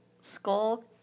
Skull